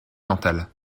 mentales